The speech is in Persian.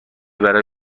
برای